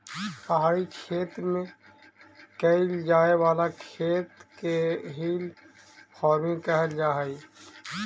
पहाड़ी क्षेत्र में कैइल जाए वाला खेत के हिल फार्मिंग कहल जा हई